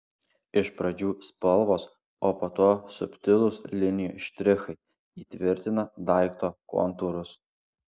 iš pradžių spalvos o po to subtilūs linijų štrichai įtvirtina daikto kontūrus